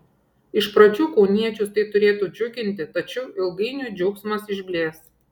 iš pradžių kauniečius tai turėtų džiuginti tačiau ilgainiui džiaugsmas išblės